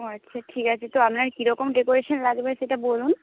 ও আচ্ছা ঠিক আছে তো আপনার কীরকম ডেকোরেশন লাগবে সেটা বলুন